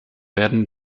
werden